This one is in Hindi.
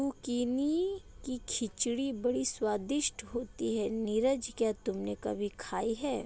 जुकीनी की खिचड़ी बड़ी स्वादिष्ट होती है नीरज क्या तुमने कभी खाई है?